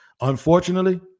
Unfortunately